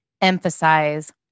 emphasize